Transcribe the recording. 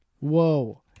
whoa